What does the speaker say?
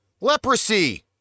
leprosy